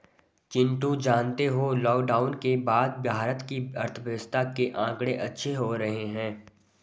चिंटू जानते हो लॉकडाउन के बाद भारत के अर्थव्यवस्था के आंकड़े अच्छे हो रहे हैं